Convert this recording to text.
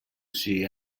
see